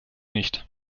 nicht